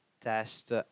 test